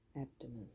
abdomen